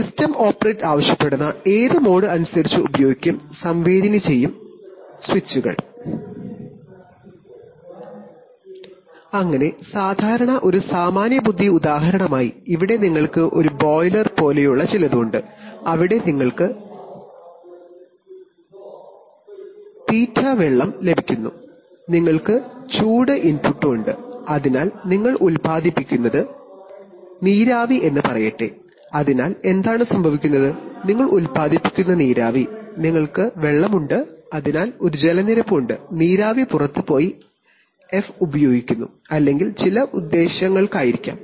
system operate ആവശ്യപ്പെടുന്ന mode അനുസരിച്ച് actuator drive ചെയ്യുവാൻ രണ്ടു സെൻസറുകളിൽ ഏതു ഉപയോഗിക്കണമെന്ന് നിശ്ചയിക്കും ഒരു സാമാന്യബുദ്ധി ഉദാഹരണമായി ഇവിടെ നിങ്ങൾക്ക് ഒരു ബോയിലർ പോലെയുള്ള ചിലത് ഉണ്ട് അവിടെ നിങ്ങൾക്ക് feed വെള്ളം ലഭിക്കുന്നു നിങ്ങൾക്ക് ചൂട് ഇൻപുട്ട് ഉണ്ട് അതിനാൽ ഇത് ഉത്പാദിപ്പിക്കുന്നത് നീരാവി എന്ന് പറയട്ടെ അതിനാൽ എന്താണ് സംഭവിക്കുന്നത് നിങ്ങൾ നീരാവി ഉത്പാദിപ്പിക്കുന്നു നിങ്ങൾക്ക് വെള്ളമുണ്ട് അതിനാൽ ഒരു ജലനിരപ്പ് ഉണ്ട് നീരാവി പുറത്തുപോയി ചില ഉദ്ദേശ്യങ്ങൾക്കായി ഉപയോഗിക്കുന്നു